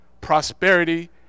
prosperity